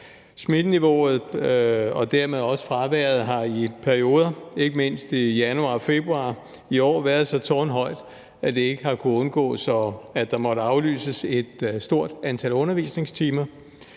Smitteniveauet og dermed også fraværet har jo i perioder, ikke mindst i januar-februar i år, været så tårnhøjt, at det ikke har kunnet undgås, at der måtte aflyses et stort antal undervisningstimer.